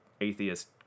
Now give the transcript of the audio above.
atheist